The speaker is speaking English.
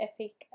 epic